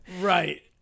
Right